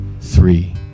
three